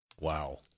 Wow